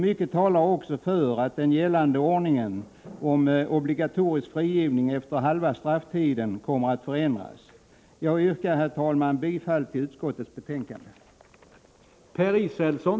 Mycket talar också för att den gällande ordningen med obligatorisk frigivning efter halva strafftiden kommer att förändras. Herr talman! Jag yrkar bifall till utskottets hemställan.